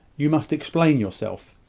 you must explain yourself,